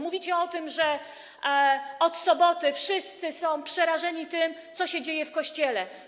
Mówicie o tym, że od soboty wszyscy są przerażeni tym, co się dzieje w Kościele.